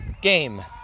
game